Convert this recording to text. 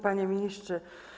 Panie Ministrze!